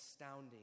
astounding